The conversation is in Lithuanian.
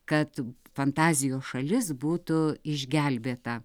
kad fantazijos šalis būtų išgelbėta